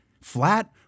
Flat